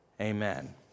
amen